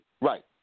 Right